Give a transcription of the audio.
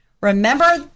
remember